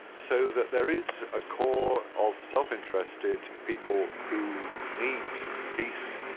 so that there is a core of self-interested people who need peace,